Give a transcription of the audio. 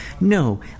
No